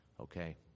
Okay